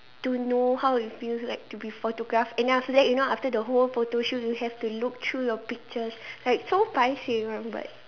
to know how it feels like to be photographed and then after that you know after the whole photoshoot you have to look through the pictures like so paiseh you know but